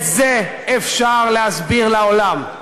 את זה אפשר להסביר לעולם,